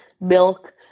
milk